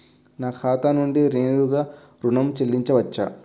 నా ఖాతా నుండి నేరుగా ఋణం చెల్లించవచ్చా?